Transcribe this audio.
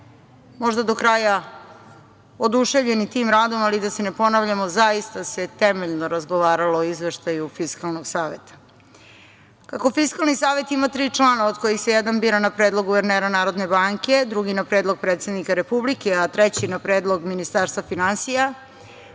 možda do kraja oduševljeni tim radom, ali da se ne ponavljamo, zaista se temeljno razgovaralo o izveštaju Fiskalnog saveta. Kako Fiskalni savet ima tri člana od kojih se jedan bira na predlog guvernera Narodne banke, drugi na predlog predsednika Republike a treći na predlog Ministarstva finansija,